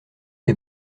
des